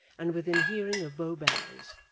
and within hearing of bow bells,